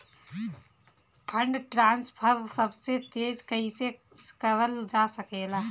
Fund transfer सबसे तेज कइसे करल जा सकेला?